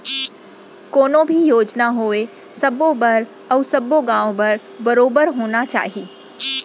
कोनो भी योजना होवय सबो बर अउ सब्बो गॉंव बर बरोबर होना चाही